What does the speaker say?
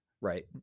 right